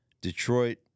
Detroit